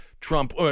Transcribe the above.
Trump